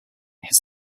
his